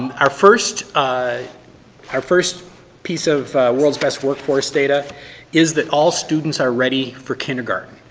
our first ah our first piece of world's best workforce data is that all students are ready for kindergarten.